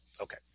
okay